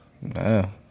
no